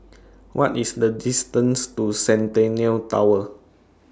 What IS The distance to Centennial Tower